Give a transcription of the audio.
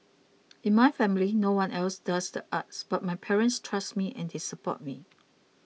in my family no one else does the arts but my parents trust me and they support me